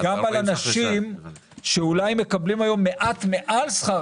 גם על אנשים שאולי מקבלים היום מעט מעל שכר